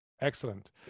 Excellent